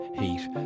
heat